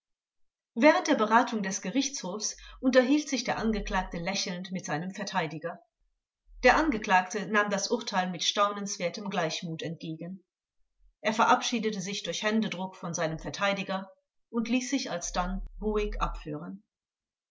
während der beratung des gerichtshofs unterhielt sich der angeklagte lächelnd mit seinem verteidiger der angeklagte nahm das urteil mit staunenswertem gleichmut entgegen er verabschiedete sich durch händedruck von seinem verteidiger und ließ sich alsdann ruhig abführen